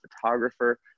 photographer